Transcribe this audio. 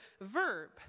verb